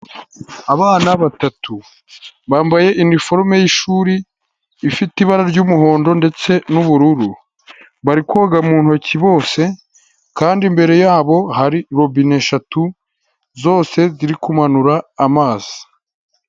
Abana batatu bambaye iniforume y'ishuri, ifite ibara ry'umuhondo ndetse n'ubururu, bari koga mu ntoki bose kandi imbere yabo hari robine eshatu zose ziri kumanura amazi.